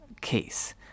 case